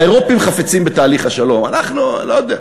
האירופים חפצים בתהליך השלום, אנחנו, לא יודע.